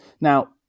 now